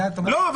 לא.